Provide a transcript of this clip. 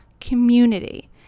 community